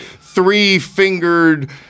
three-fingered